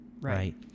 Right